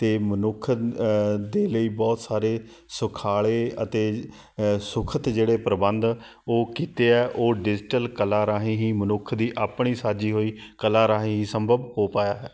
ਅਤੇ ਮਨੁੱਖ ਦੇ ਲਈ ਬਹੁਤ ਸਾਰੇ ਸੁਖਾਲੇ ਅਤੇ ਸੁੱਖ ਅਤੇ ਜਿਹੜੇ ਪ੍ਰਬੰਧ ਉਹ ਕੀਤੇ ਆ ਉਹ ਡਿਜੀਟਲ ਕਲਾ ਰਾਹੀਂ ਹੀ ਮਨੁੱਖ ਦੀ ਆਪਣੀ ਸਾਜੀ ਹੋਈ ਕਲਾ ਰਾਹੀਂ ਹੀ ਸੰਭਵ ਹੋ ਪਾਇਆ ਹੈ